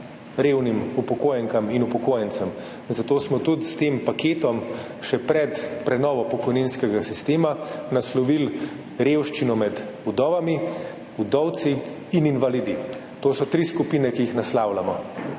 revnim upokojenkam in upokojencem, zato smo tudi s tem paketom še pred prenovo pokojninskega sistema naslovili revščino med vdovami, vdovci in invalidi. To so tri skupine, ki jih naslavljamo